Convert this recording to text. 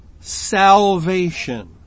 salvation